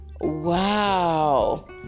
Wow